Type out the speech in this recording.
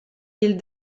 ils